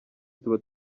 tuba